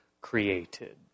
created